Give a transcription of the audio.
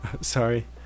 sorry